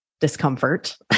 discomfort